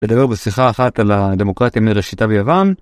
לדבר בשיחה אחת על הדמוקרטיה מראשיתה ביוון.